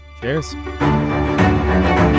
Cheers